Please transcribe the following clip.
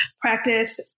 practice